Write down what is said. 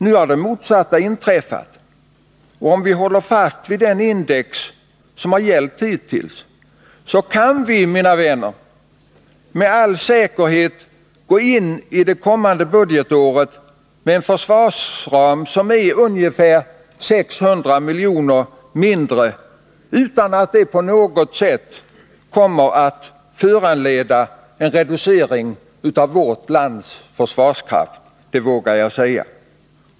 Nu har det motsatta inträffat, och om vi håller fast vid den index som har gällt hittills, kan vi, mina vänner, med all tillförsikt gå in i det kommande budgetåret med en försvarsram som är ungefär 600 miljoner mindre, utan att det på något sätt kommer att föranleda någon reducering av vårt lands försvarskraft — det vågar jag säga.